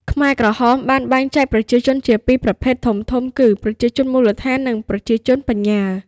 ខ្មែរក្រហមបានបែងចែកប្រជាជនជាពីរប្រភេទធំៗគឺ "ប្រជាជនមូលដ្ឋាន" និង "ប្រជាជនបញ្ញើ"។